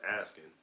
asking